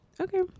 Okay